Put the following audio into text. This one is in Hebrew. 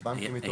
הבנקים התעוררו.